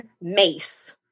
mace